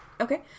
Okay